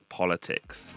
politics